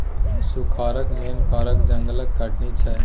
सुखारक मेन कारण जंगलक कटनी छै